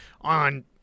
on